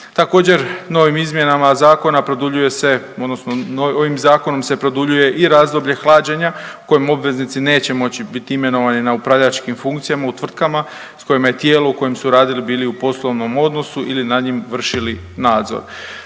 Također novim izmjenama zakona produljuje se odnosno ovim zakonom se produljuje i razdoblje hlađenje u kojem obveznici neće moći biti imenovani na upravljačkim funkcijama u tvrtkima s kojima je tijelo u kojem su radili bili u poslovnom odnosu ili nad njim vršili nadzor.